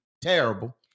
terrible